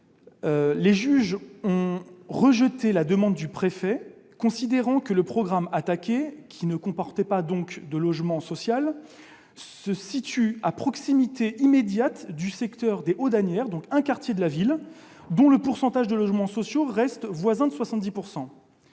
les juges ont rejeté la demande du préfet, considérant que le programme attaqué, qui ne comportait pas de logements sociaux, se situait à proximité immédiate du secteur des Hauts d'Asnières, un quartier de la ville dont le pourcentage de logements sociaux reste voisin de 70 %.